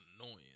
Annoying